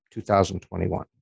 2021